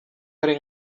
hari